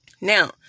Now